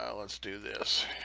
ah let's do this.